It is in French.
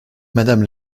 madame